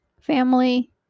family